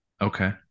okay